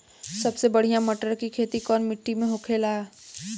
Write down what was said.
सबसे बढ़ियां मटर की खेती कवन मिट्टी में होखेला?